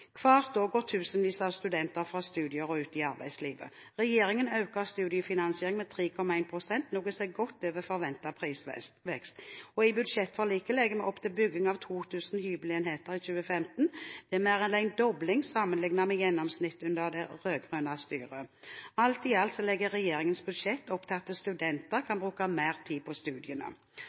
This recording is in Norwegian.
Hvert år går tusenvis av studenter fra studier og ut i arbeidslivet. Regjeringen øker studiefinansieringen med 3,1 pst., noe som er godt over forventet prisvekst. I budsjettforliket legger vi opp til bygging av 2 000 hybelenheter i 2015 – det er mer enn en dobling sammenlignet med gjennomsnittet under det rød-grønne styret. Alt i alt legger regjeringens budsjett opp til at studenter kan bruke mer tid på studiene.